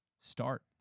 start